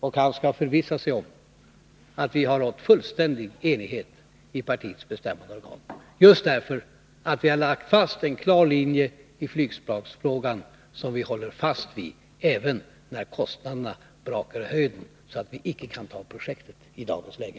Han skall då kunna förvissa sig om att det har rått fullständig enighet i partiets bestämmande organ, just därför att vi har lagt fram en klar linje i flygplansfrågan, som vi håller fast vid även när kostnaderna brakar i höjden, så att vi icke kan ta projektet i dagens läge.